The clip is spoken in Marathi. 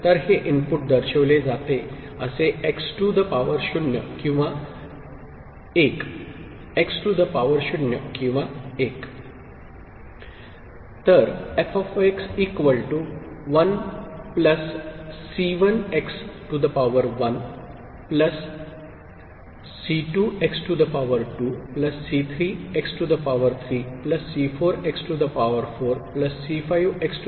तर हे इनपुट दर्शविले जाते जसे एक्स टू द पावर 0 किंवा 1 एक्स टू द पावर 0 किंवा 1